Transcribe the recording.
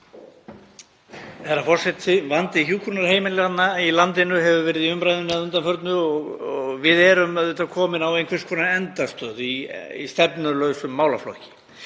Herra forseti. Vandi hjúkrunarheimilanna í landinu hefur verið í umræðunni að undanförnu og við erum komin á einhvers konar endastöð í stefnulausum málaflokki.